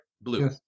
Blue